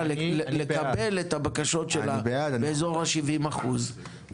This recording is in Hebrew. לקבל את הבקשות שלה באזור ה-70 אחוז,